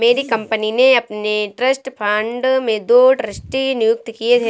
मेरी कंपनी ने अपने ट्रस्ट फण्ड में दो ट्रस्टी नियुक्त किये है